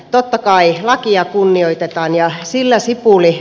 totta kai lakia kunnioitetaan ja sillä sipuli